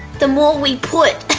the more we put